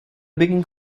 beging